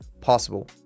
possible